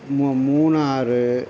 மூ மூணாறு